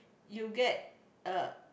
you get a